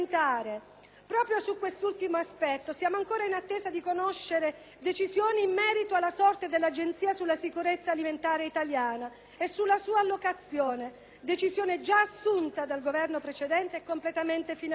Proprio su quest'ultimo aspetto siamo ancora in attesa di conoscere decisioni in merito alla sorte dell'Agenzia sulla sicurezza alimentare italiana e sulla sua allocazione, decisione già assunta dal Governo precedente e completamente finanziata.